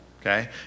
okay